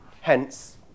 Hence